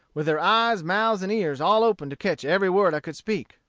with their eyes, mouths, and ears all open to catch every word i could speak.